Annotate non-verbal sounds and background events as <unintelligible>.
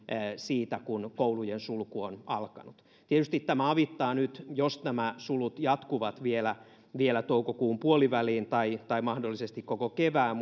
siitä kun koulujen sulku on alkanut tietysti tämä avittaa nyt jos nämä sulut jatkuvat vielä vielä toukokuun puoliväliin tai tai mahdollisesti koko kevään <unintelligible>